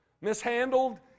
mishandled